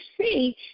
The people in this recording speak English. see